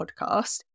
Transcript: podcast